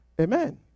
Amen